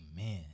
Amen